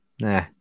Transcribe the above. nah